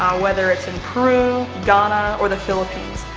whether it's in peru, ghana, or the philippines.